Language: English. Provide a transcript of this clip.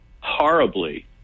horribly